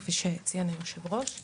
כפי שציין יושב הראש.